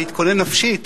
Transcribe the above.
להתכונן נפשית